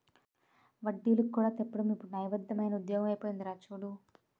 వడ్డీలకి తిప్పడం కూడా ఇప్పుడు న్యాయబద్దమైన ఉద్యోగమే అయిపోందిరా చూడు